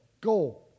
go